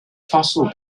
fossil